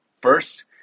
First